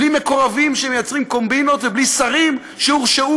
בלי מקורבים שמייצרים קומבינות ובלי שרים שהורשעו